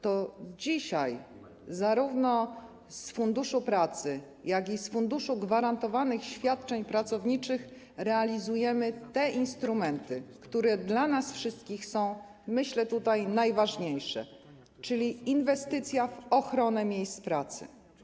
To dzisiaj zarówno z Funduszu Pracy, jak i z Funduszu Gwarantowanych Świadczeń Pracowniczych realizujemy te instrumenty, które dla nas wszystkich są, myślę, najważniejsze, czyli dotyczące inwestycji w ochronę miejsc pracy.